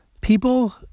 people